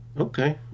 Okay